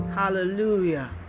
Hallelujah